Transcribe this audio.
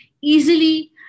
easily